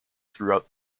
throughout